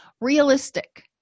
realistic